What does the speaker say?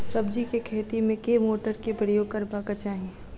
सब्जी केँ खेती मे केँ मोटर केँ प्रयोग करबाक चाहि?